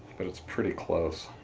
but it's pretty close.